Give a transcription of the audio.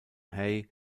hay